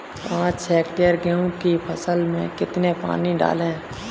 पाँच हेक्टेयर गेहूँ की फसल में कितना पानी डालें?